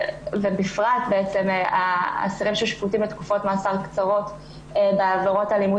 ובפרט אסירים ששפוטים לתקופות מאסר קצרות בעבירות אלימות